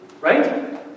Right